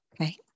Okay